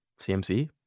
CMC